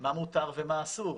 מה מותר ומה אסור?